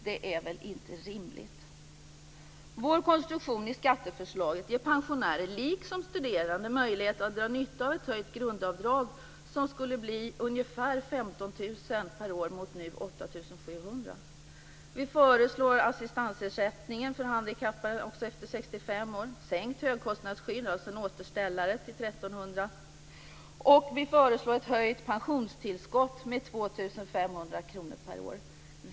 Det är väl inte rimligt? Vår konstruktion i skatteförslaget ger pensionärer, liksom studerande, möjlighet att dra nytta av ett höjt grundavdrag som skulle bli ungefär 15 000 kr per år mot ungefär 8 700 kr nu. Vi föreslår också assistensersättning för handikappade över 65 år, en sänkning av högkostnadsskyddet för läkemedel till 1 300 kr - alltså en återställare - och en höjning av pensionstillskottet med 2 500 kr per år.